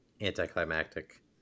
anticlimactic